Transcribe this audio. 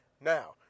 Now